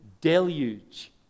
deluge